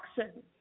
action